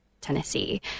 Tennessee